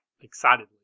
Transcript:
excitedly